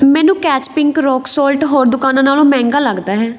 ਮੈਨੂੰ Catch pink rock salt ਹੋਰ ਦੁਕਾਨਾਂ ਨਾਲੋਂ ਮਹਿੰਗਾ ਲੱਗਦਾ ਹੈ